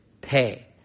pay